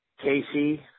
Casey